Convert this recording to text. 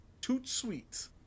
toot-sweet